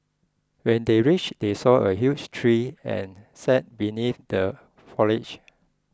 when they reach they saw a huge tree and sat beneath the foliage